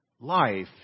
life